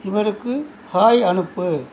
இவருக்கு ஹாய் அனுப்பு